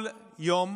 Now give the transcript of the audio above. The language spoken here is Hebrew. כל יום